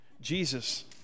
Jesus